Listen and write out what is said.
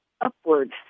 upwards